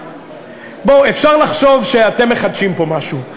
אפשר לחשוב שאתם מחדשים פה משהו.